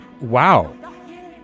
Wow